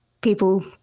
people